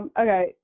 okay